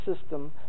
system